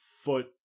foot